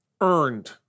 earned